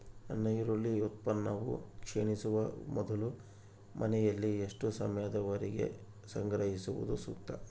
ನನ್ನ ಈರುಳ್ಳಿ ಉತ್ಪನ್ನವು ಕ್ಷೇಣಿಸುವ ಮೊದಲು ಮನೆಯಲ್ಲಿ ಎಷ್ಟು ಸಮಯದವರೆಗೆ ಸಂಗ್ರಹಿಸುವುದು ಸೂಕ್ತ?